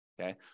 okay